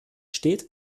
steht